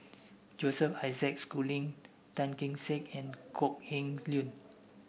Joseph Isaac Schooling Tan Kee Sek and Kok Heng Leun